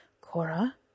Cora